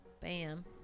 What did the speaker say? Bam